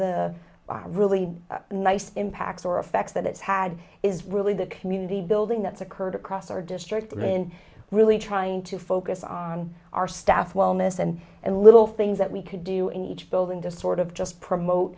the really nice impacts or affects that it's had is really the community building that's occurred across our district and really trying to focus on our staff wellness and and little things that we could do in each building to sort of just promote